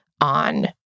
on